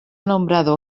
nombrado